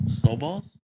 Snowballs